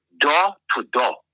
door-to-door